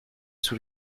sous